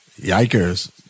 Yikers